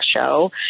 show